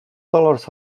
dollars